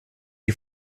die